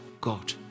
God